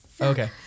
Okay